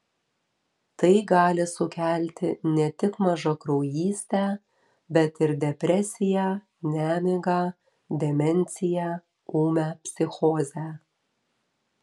tai gali sukelti ne tik mažakraujystę bet ir depresiją nemigą demenciją ūmią psichozę